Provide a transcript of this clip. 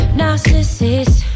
narcissist